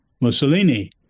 Mussolini